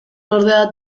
ordea